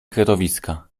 kretowiska